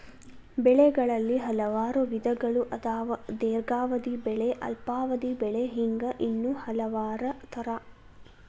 ಬೆಳೆಗಳಲ್ಲಿ ಹಲವಾರು ವಿಧಗಳು ಅದಾವ ದೇರ್ಘಾವಧಿ ಬೆಳೆ ಅಲ್ಪಾವಧಿ ಬೆಳೆ ಹಿಂಗ ಇನ್ನೂ ಹಲವಾರ ತರಾ